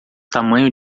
tamanho